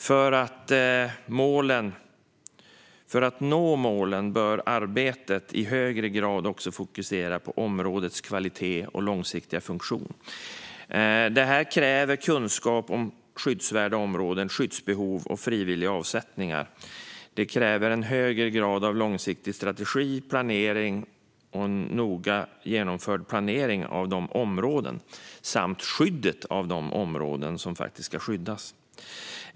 För att nå målen bör arbetet i högre grad också fokusera på områdenas kvalitet och långsiktiga funktion. Detta kräver kunskap om skyddsvärda områden, skyddsbehov och frivilliga avsättningar. Det kräver en högre grad av långsiktig strategi, en noga genomförd planering av områden och ett skydd av de områden som faktiskt ska skyddas.